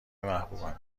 محبوبمه